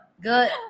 good